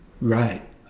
Right